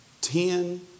Ten